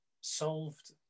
solved